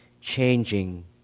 changing